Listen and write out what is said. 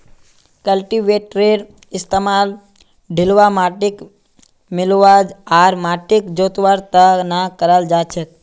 कल्टीवेटरेर इस्तमाल ढिलवा माटिक मिलव्वा आर माटिक जोतवार त न कराल जा छेक